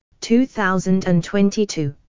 2022